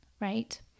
right